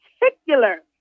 particular